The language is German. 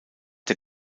der